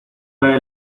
trae